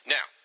Now